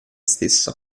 stesse